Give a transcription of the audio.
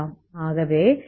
ஆகவே Xx0